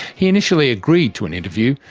he initially agreed to an interview,